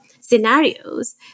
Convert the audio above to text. scenarios